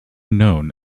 known